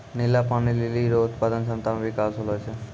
नीला पानी लीली रो उत्पादन क्षमता मे बिकास होलो छै